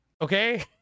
okay